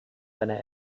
seiner